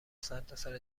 سرتاسر